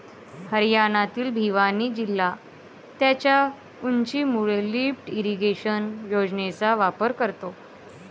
हरियाणातील भिवानी जिल्हा त्याच्या उंचीमुळे लिफ्ट इरिगेशन योजनेचा वापर करतो